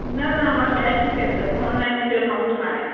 न न मां कैश ई कंदसि ऑनलाइन मुंहिंजे अकाउंट में नाहे